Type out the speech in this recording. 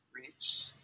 rich